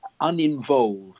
uninvolved